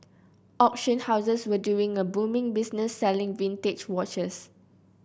auction houses were doing a booming business selling vintage watches